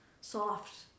soft